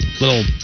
little